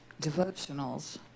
devotionals